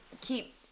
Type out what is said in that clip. keep